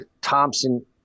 Thompson